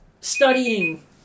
studying